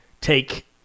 take